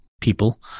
people